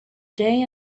day